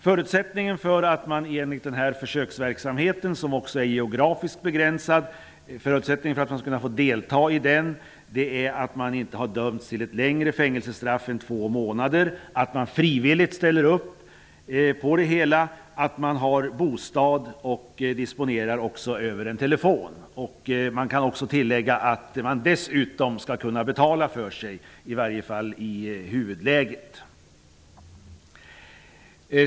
Förutsättningen för att man skall få delta i försöksverksamheten, som också är geografiskt begränsad, är att man inte har dömts till ett längre fängelsestraff än två månader, att man frivilligt ställer upp på det hela, att man har bostad och att man disponerar över en telefon. Jag kan också tillägga att man dessutom skall kunna betala för sig, i alla fall i huvudläget.